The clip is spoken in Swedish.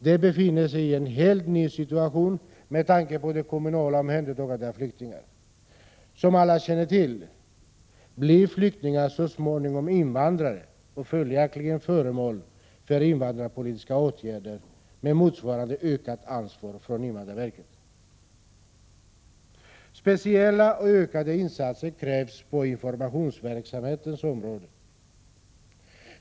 Man befinner sig i en helt ny situation, med tanke på det kommunala omhänderta gandet av flyktingar. Som alla känner till blir flyktingar så småningom Prot. 1986/87:119 invandrare och följaktligen föremål för invandrarpolitiska åtgärder med 8 maj 1987 motsvarande ökat ansvar från invandrarverket. Speciella och ökade insatser krävs på informationsverksamhetens område.